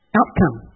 outcome